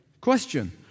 Question